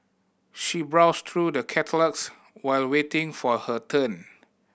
she browsed through the catalogues while waiting for her turn